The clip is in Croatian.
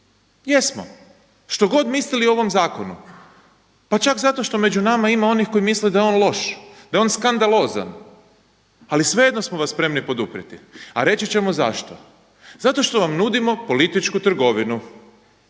Jesmo, što god mislili o ovom zakonu, pa čak zato što među nama ima onih koji misle da je on loš, a je on skandalozan ali svejedno smo vas spremni poduprijeti a reći ćemo zašto. Zato što vam nudimo političku trgovinu.